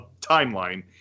timeline